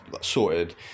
sorted